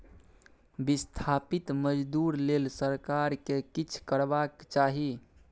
बिस्थापित मजदूर लेल सरकार केँ किछ करबाक चाही